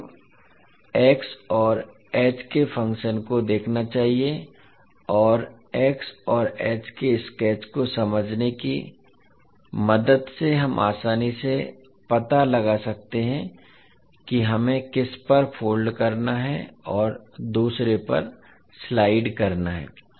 तो हमें x और h के फंक्शन्स को देखना चाहिए और x और h के स्केच को समझने की मदद से हम आसानी से पता लगा सकते हैं कि हमें किस पर फोल्ड करना है और दूसरे पर स्लाइड करना है